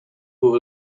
who